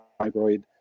fibroid